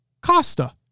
Costa